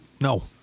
No